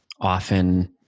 often